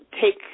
take